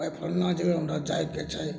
आइ फल्लाँ जगह हमरा जाइके छै